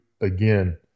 again